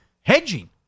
hedging